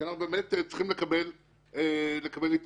כי אנחנו באמת צריכים לקבל התרשמות.